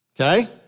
okay